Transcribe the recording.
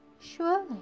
surely